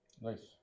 Nice